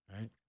Right